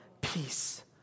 Peace